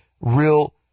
real